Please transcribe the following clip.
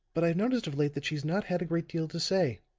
but i've noticed of late that she's not had a great deal to say.